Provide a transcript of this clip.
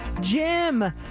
Jim